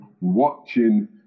watching